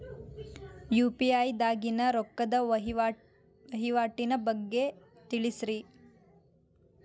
UPI ದಾಗಿನ ರೊಕ್ಕದ ವಹಿವಾಟಿನ ಬಗ್ಗೆ ತಿಳಸ್ರಿ